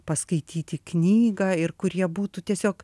paskaityti knygą ir kurie būtų tiesiog